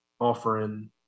offering –